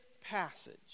passage